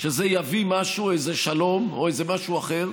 שזה יביא משהו, איזה שלום או איזה משהו אחר,